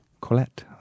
Colette